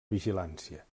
vigilància